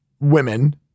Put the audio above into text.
women